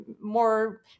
more